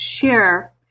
share